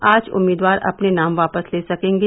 आज उम्मीदवार अपने नाम वापस ले सकेंगे